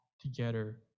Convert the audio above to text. together